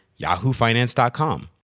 yahoofinance.com